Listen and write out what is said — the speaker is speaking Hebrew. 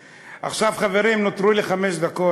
עכשיו, חברים, נותרו לי חמש דקות.